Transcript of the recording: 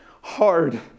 hard